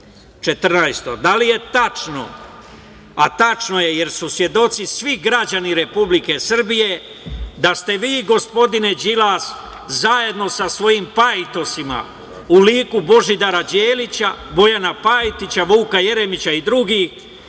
- da li je tačno, a tačno je, jer su svedoci svi građani Republike Srbije da ste vi, gospodine Đilas, zajedno sa svojim pajtosima u liku Božidara Đelića, Bojana Pajtića, Vuka Jeremića i drugih